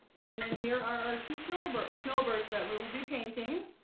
and then here are our two snowboard snowbirds that we will be painting